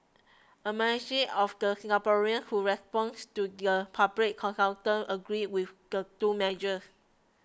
a majority of the Singaporeans who responded to the public consultation agreed with the two measures